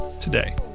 today